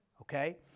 Okay